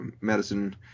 medicine